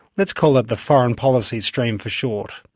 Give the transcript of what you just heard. let's call it the foreign policy stream for short.